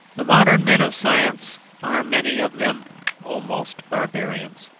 the modern men of science are many of them almost barbarians.